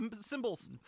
Symbols